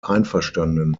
einverstanden